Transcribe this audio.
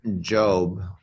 Job